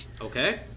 Okay